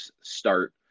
start